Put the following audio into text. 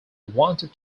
wanted